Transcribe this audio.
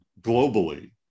globally